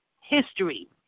history